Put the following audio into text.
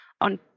on